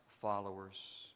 followers